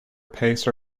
pace